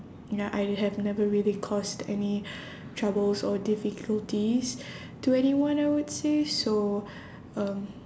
ya I have never really caused any troubles or difficulties to anyone I would say so um